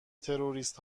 تروریست